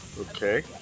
Okay